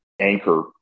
anchor